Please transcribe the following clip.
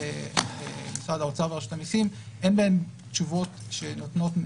משרד האוצר ורשות המיסים אין בהם תשובות שנותנות,